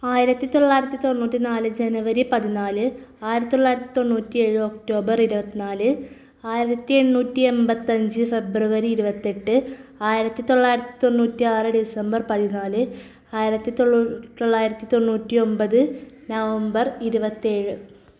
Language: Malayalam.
ആയിരത്തി തൊള്ളായിരത്തി തൊണ്ണൂറ്റിനാല് ജനുവരി പതിനാല് ആയിരത്തി തൊള്ളായിരത്തി തൊണ്ണൂറ്റിയേഴ് ഒക്ടോബർ ഇരുപത്തിനാല് ആയിരത്തി എണ്ണൂറ്റി എണ്പത്തിയഞ്ച് ഫെബ്രുവരി ഇരുപത്തി എട്ട് ആയിരത്തി തൊള്ളായിരത്തി തൊണ്ണൂറ്റി ആറ് ഡിസംബർ പതിനാല് ആയിരത്തി തൊള്ളായിരത്തി തൊണ്ണൂറ്റി ഒമ്പത് നവംബർ ഇരുപത്തിയേഴ്